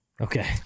Okay